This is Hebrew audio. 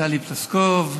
טלי פלוסקוב,